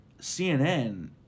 CNN